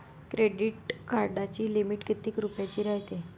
Credit कार्डाची limit कितीक रुपयाची रायते?